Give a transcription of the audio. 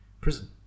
prison